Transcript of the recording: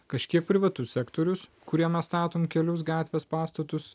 kažkiek privatus sektorius kuriame statome kelius gatves pastatus